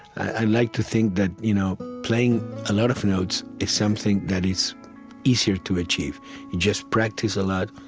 i like to think that you know playing a lot of notes is something that is easier to achieve. you just practice a lot,